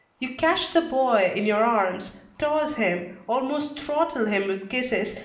you catch the boy in your arms, toss him, almost throttle him with kisses,